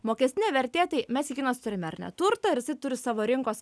mokestinė vertė tai mes kiekvienas turime ar ne turtą ir jisai turi savo rinkos